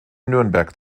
nürnberg